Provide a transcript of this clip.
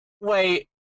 Wait